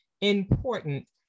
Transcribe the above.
important